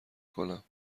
کنم